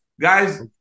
Guys